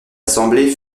assemblée